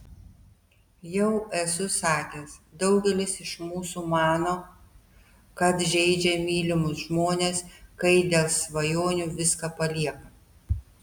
jau esu sakęs daugelis iš mūsų mano kad žeidžia mylimus žmones kai dėl svajonių viską palieka